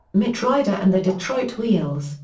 mitch ryder and the detroit wheels,